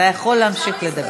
אתה יכול להמשיך לדבר.